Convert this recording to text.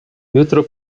jutro